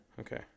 okay